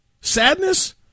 Sadness